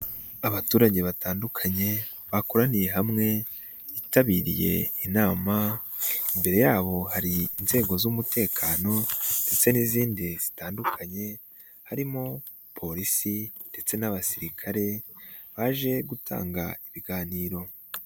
Abaturage batandukanye bakoraniye hamwe bitabiriye inama, imbere yabo hari inzego z'umutekano ndetse n'izindi zitandukanye, harimo polisi ndetse n'abasirikare baje gutanga ibiganiro.